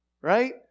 right